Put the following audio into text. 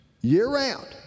year-round